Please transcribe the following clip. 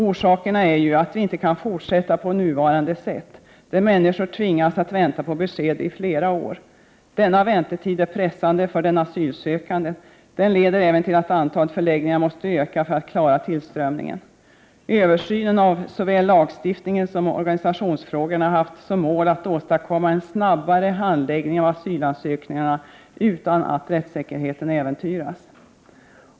Orsakerna är ju att vi inte kan fortsätta på nuvarande sätt att tvinga människor att vänta på besked under flera år. Denna väntetid är pressande för den asylsökande, och den leder även till att antalet förläggningar måste öka för att klara tillströmningen. Översynen av såväl lagstiftningen som organisationsfrågorna har haft som mål att åstadkomma en snabbare handläggning av asylansökningarna utan att rättssäkerheten äventyras.